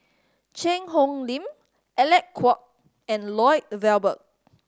Cheang Hong Lim Alec Kuok and Lloyd Valberg